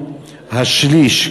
השליש,